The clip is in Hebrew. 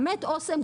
אסם,